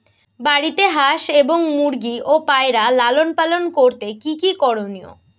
বাড়িতে হাঁস এবং মুরগি ও পায়রা লালন পালন করতে কী কী করণীয়?